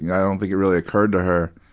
yeah i don't think it really occurred to her.